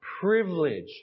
privilege